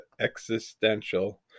existential